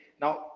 now